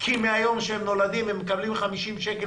כי מיום שהם נולדים הם מקבלים 50 שקל